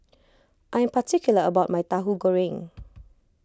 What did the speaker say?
I am particular about my Tahu Goreng